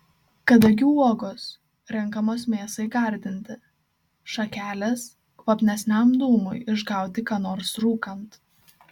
kadagių uogos renkamos mėsai gardinti šakelės kvapnesniam dūmui išgauti ką nors rūkant